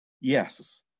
Yes